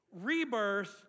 rebirth